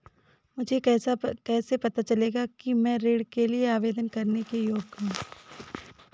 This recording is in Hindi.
मुझे कैसे पता चलेगा कि मैं ऋण के लिए आवेदन करने के योग्य हूँ?